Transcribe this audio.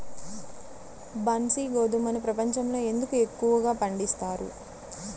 బన్సీ గోధుమను ప్రపంచంలో ఎందుకు ఎక్కువగా పండిస్తారు?